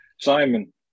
Simon